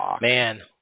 Man